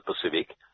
Pacific